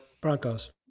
Broncos